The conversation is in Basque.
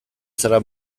zara